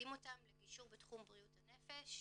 מייעדים אותם לגישור בתחום בריאות הנפש,